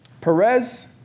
Perez